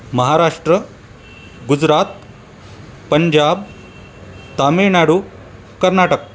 Maharashtra Gujarat Punjab Tamil Nadu Karnataka